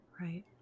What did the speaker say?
right